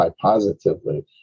positively